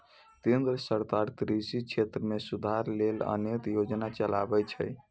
केंद्र सरकार कृषि क्षेत्र मे सुधार लेल अनेक योजना चलाबै छै